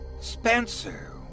Spencer